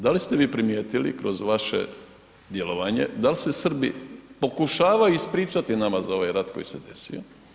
Da li ste vi primijetili kroz vaše djelovanje, dal se Srbi pokušavaju ispričati nama za ovaj rat koji se desio?